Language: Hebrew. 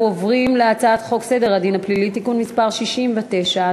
אנחנו עוברים להצעת חוק סדר הדין הפלילי (תיקון מס' 69),